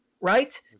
right